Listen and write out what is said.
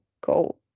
go